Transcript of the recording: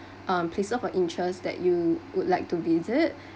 um places of interest that you would like to visit